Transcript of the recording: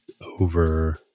over